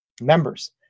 members